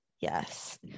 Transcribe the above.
yes